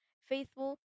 faithful